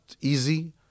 easy